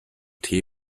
tee